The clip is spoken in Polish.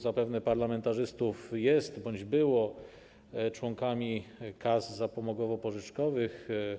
Zapewne wielu parlamentarzystów jest bądź było członkami kas zapomogowo-pożyczkowych.